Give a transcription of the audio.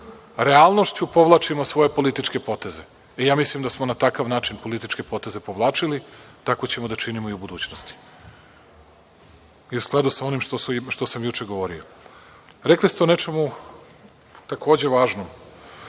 realnošću povlačimo svoje političke poteze. Mislim da smo na takav način političke poteze povlačili, tako ćemo da činimo i u budućnosti i u skladu sa onim što sam juče govorio. Rekli ste o nečemu takođe važno,